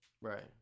Right